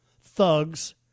thugs